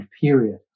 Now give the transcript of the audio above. period